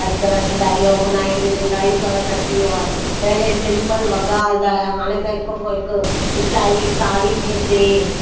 अॼु कल्ह सिलाई और बुनाई में त इलाही फ़र्क़ु अची वियो आहे पहिले सिंपल वॻा हलंदा हुया हाणे त हिक खां हिकु स्टाइलिश साड़ी थी अचे